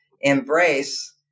embrace